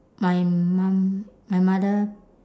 my mum my mother